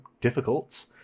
difficult